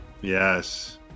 Yes